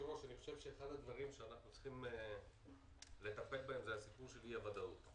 שאחד הדברים שאנחנו צריכים לטפל בהם זה הסיפור של אי הוודאות.